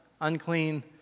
unclean